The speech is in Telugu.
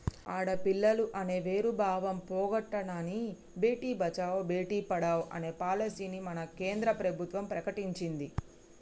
ఆడపిల్లలు అనే వేరు భావం పోగొట్టనని భేటీ బచావో బేటి పడావో అనే పాలసీని మన కేంద్ర ప్రభుత్వం ప్రకటించింది